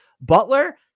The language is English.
Butler